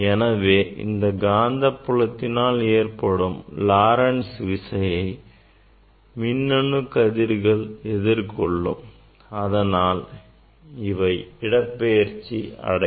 எனவே இந்த காந்தப்புலத்தினால் ஏற்படும் Lorentz விசையை மின்னணு கதிர்கள் எதிர்கொள்ளும் அதனால் அவை இடப்பெயர்ச்சி அடையும்